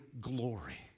glory